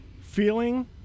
feeling